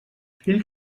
fill